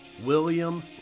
William